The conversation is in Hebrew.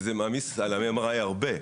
וזה מעמיס על ה-MRI הרבה,